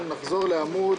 נחזור לעמ'